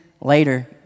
later